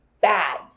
bad